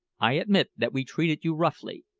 i admit that we treated you roughly,